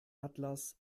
atlas